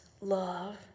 love